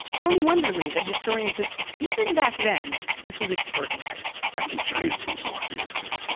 tony wonderly, the historian, says even back then, this was extraordinary i think giants once walked the earth here